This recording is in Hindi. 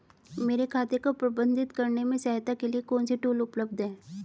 मेरे खाते को प्रबंधित करने में सहायता के लिए कौन से टूल उपलब्ध हैं?